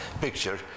picture